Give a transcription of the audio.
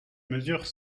mesure